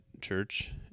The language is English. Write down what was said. church